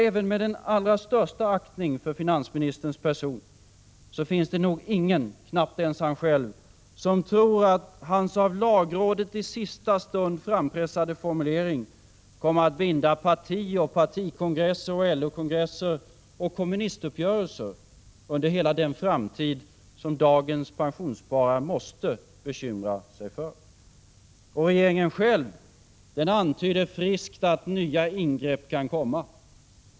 Även med den allra största aktning för finansministerns person, finns det nog ingen — knappt ens han själv — som tror att hans av lagrådet i sista stund frampressade formulering kommer att binda parti, partikongresser, LO kongresser och kommunistuppgörelser under hela den framtid som dagens pensionssparare måste bekymra sig för. Regeringen själv antyder friskt att nya ingrepp kan komma.